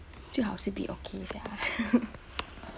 最好是 bid okay sia